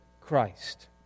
Christ